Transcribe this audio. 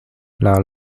leurs